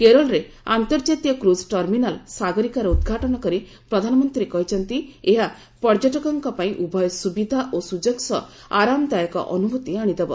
କେରଳରେ ଅନ୍ତର୍ଜାତୀୟ cruise terminal 'ସାଗରିକା'ର ଉଦ୍ଘାଟନ କରି ପ୍ରଧାନମନ୍ତ୍ରୀ କହିଛନ୍ତି ଏହା ପର୍ଯ୍ୟଟକଙ୍କ ପାଇଁ ଉଭୟ ସୁବିଧା ଓ ସୁଯୋଗ ସହ ଆରାମଦାୟକ ଅନୁଭୂତି ଆଶିଦେବ